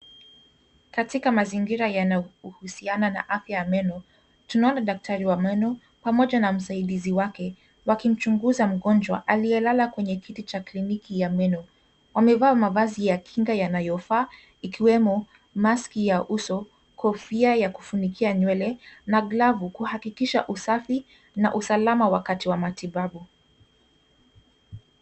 Katika mazingra yanayohusiana na afya ya meno, tunaona daktari wa meno pamoja na msaidizi wake wakimchunguza mgonjwa aliyelala kwenye kiti cha kliniki ya meno. Wamevaa mavazi ya kinga yanayofaa ikiwemo maski ya uso, kofia ya kufunikia nywele na glavu kuhakikisha usafi na usalama wakati wa matibabu.